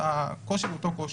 הקושי הוא אותו קושי.